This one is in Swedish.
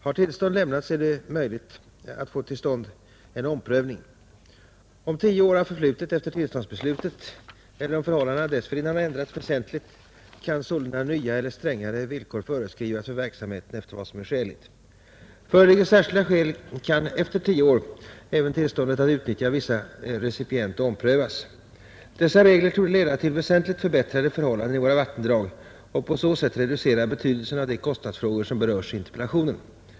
Har tillstånd lämnats är det möjligt att få till stånd en omprövning. Om tio år har förflutit efter tillståndsbeslutet eller om förhållandena dessförinnan har ändrats väsentligt kan sålunda nya eller strängare villkor föreskrivas för verksamheten efter vad som är skäligt. Föreligger särskilda skäl kan efter tio år även tillståndet att utnyttja viss recipient omprövas, Dessa regler torde leda till väsentligt förbättrade förhållanden i våra vattendrag och på så sätt reducera betydelsen av de kostnadsfrågor som berörs i interpellationen.